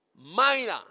Minor